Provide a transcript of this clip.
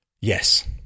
yes